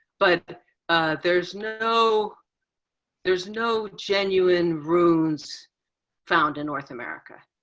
but there's no there's no genuine runes found in north america.